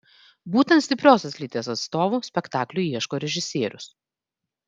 būtent stipriosios lyties atstovų spektakliui ieško režisierius